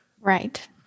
Right